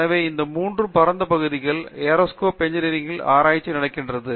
எனவே இந்த 3 பரந்த பகுதிகளில் ஏரோஸ்பேஸ் இன்ஜினியரிங் ஆராய்ச்சி நடக்கிறது